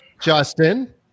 Justin